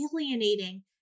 alienating